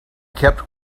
kept